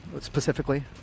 specifically